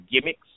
gimmicks